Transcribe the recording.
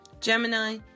Gemini